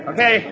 Okay